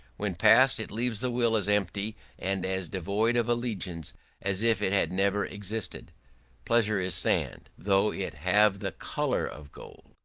when past, it leaves the will as empty and as devoid of allegiance as if it had never existed pleasure is sand, though it have the colour of gold.